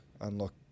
unlock